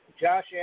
Josh